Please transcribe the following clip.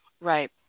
Right